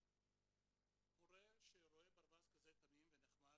הורה שרואה ברווז כזה תמים ונחמד,